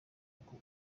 uko